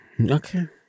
Okay